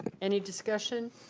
any discussion?